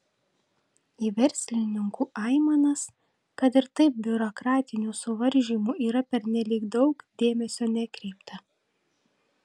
į verslininkų aimanas kad ir taip biurokratinių suvaržymų yra pernelyg daug dėmesio nekreipta